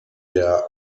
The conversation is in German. der